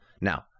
Now